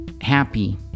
happy